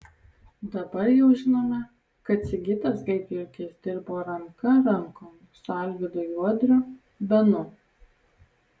dabar jau žinome kad sigitas gaidjurgis dirbo ranka rankon su alvydu juodriu benu